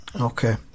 Okay